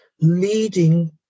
Leading